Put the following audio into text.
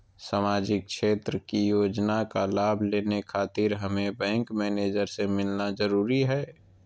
सामाजिक क्षेत्र की योजनाओं का लाभ लेने खातिर हमें बैंक मैनेजर से मिलना जरूरी है?